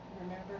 Remember